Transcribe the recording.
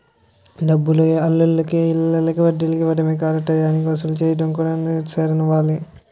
డబ్బులు ఆల్లకి ఈల్లకి వడ్డీలకి ఇవ్వడమే కాదు టయానికి వసూలు సెయ్యడం కూడా సేతనవ్వాలి